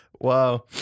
Wow